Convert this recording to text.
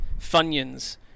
Funyuns